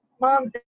moms